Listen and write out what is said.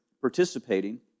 participating